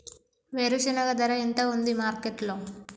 వేరుశెనగ ధర ఎంత ఉంది మార్కెట్ లో?